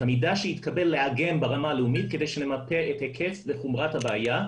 את המידע שהתקבל לעגן ברמה הלאומית כדי שנמפה את היקף וחומרת הבעיה,